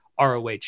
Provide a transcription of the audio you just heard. ROH